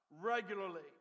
regularly